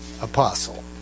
apostle